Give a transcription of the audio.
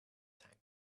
tank